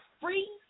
free